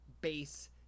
base